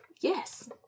yes